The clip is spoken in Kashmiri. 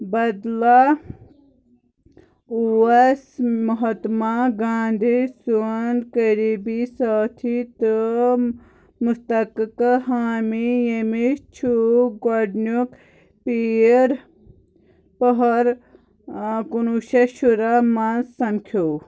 بدلا اوس مہاتما گاندھی سُند قریبی سأتھی تہٕ مستقٕقہٕ حأمی ییٚمس سہُ گوڈنیُک پیٖر پہار کُنوُہ شتھ شُراہ منٛز سمکھیو